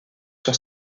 sur